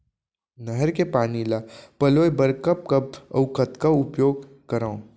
नहर के पानी ल पलोय बर कब कब अऊ कतका उपयोग करंव?